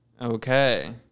Okay